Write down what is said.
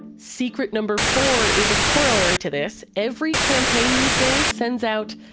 secret number four is a corollary to this. every campaign these days sends out,